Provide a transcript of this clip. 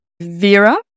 Vera